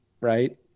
right